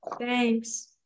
Thanks